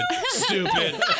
stupid